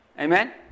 Amen